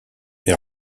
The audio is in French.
est